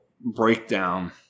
breakdown